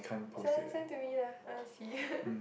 send send to me lah I wanna see